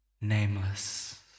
Nameless